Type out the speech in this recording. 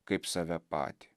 kaip save patį